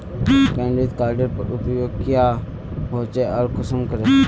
Credit कार्डेर उपयोग क्याँ होचे आर कुंसम करे?